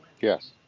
Yes